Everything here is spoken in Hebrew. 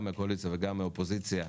גם מן הקואליציה וגם מן האופוזיציה,